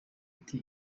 ati